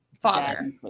father